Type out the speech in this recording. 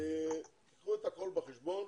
קחו את הכול בחשבון.